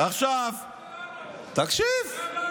מה הבעיה?